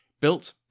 built